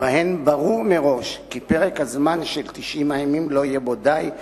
שבהן ברור מראש כי פרק הזמן של 90 הימים לא יהיה בו די,